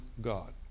God